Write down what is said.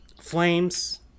flames